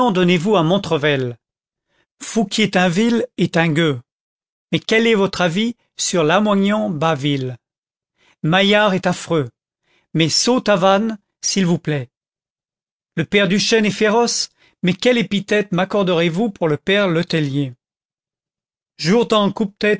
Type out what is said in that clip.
donnez-vous à montrevel fouquier-tinville est un gueux mais quel est votre avis sur lamoignon bâville maillard est affreux mais saulx tavannes s'il vous plaît le père duchêne est féroce mais quelle épithète maccorderez vous pour le père letellier jourdan coupe tête